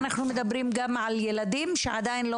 אנחנו מדברים גם על ילדים שעדיין לא